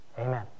amen